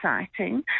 exciting